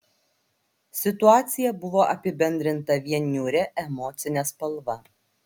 situacija buvo apibendrinta vien niūria emocine spalva